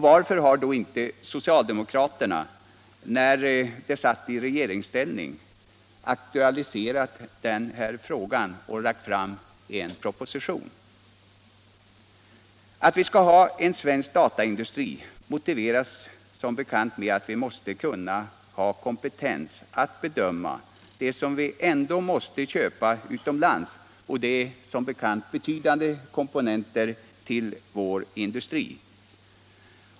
Varför har då inte socialdemokraterna, när de satt i regeringsställning, aktualiserat frågan och lagt fram en proposition? Att vi skall ha en svensk dataindustri motiveras som bekant med att vi måste ha kompetens att bedöma det som vi ändå måste köpa utomlands, och det är betydande komponenter till vår industri.